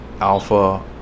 alpha